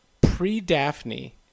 Pre-Daphne